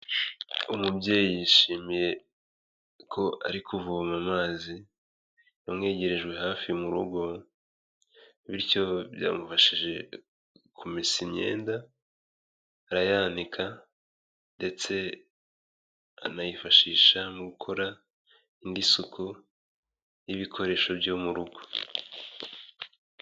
Umubyeyi yishimiye ko ari kuvoma amazi yamwegerejwe hafi mu rugo, bityo byamufashije kumesa imyenda arayanika ndetse anayifashisha mu gukora indi suku y'ibikoresho byo mu rugo.